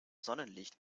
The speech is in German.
sonnenlicht